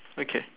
okay